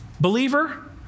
believer